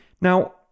Now